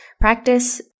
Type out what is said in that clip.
Practice